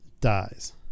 dies